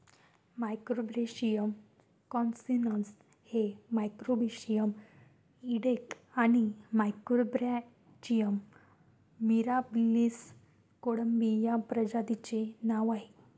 Macrobrachium carcinus हे Macrobrachium इडेक आणि मॅक्रोब्रॅचियम मिराबिलिस कोळंबी या प्रजातींचे नाव आहे